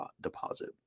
deposit